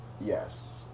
Yes